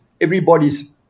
everybody's